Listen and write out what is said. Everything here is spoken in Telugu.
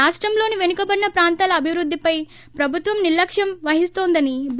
రాష్ణంలోని పెనుకబడిన ప్రాంతాల అభివృద్దిపై ప్రభుత్వం నిర్లక్ష్యం వహిస్తోందని బి